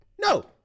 no